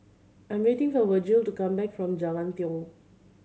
I'm waiting for Vergil to come back from Jalan Tiong